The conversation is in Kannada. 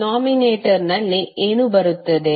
ಡಿನಾಮಿನೇಟರ್ಲ್ಲಿ ಏನು ಬರುತ್ತದೆ